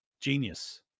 Genius